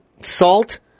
salt